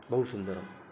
बहु सुन्दरं